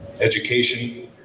education